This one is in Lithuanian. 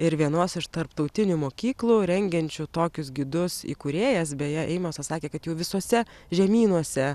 ir vienos iš tarptautinių mokyklų rengiančių tokius gidus įkūrėjas beje eimosas sakė kad jau visuose žemynuose